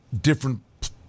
Different